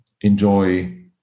enjoy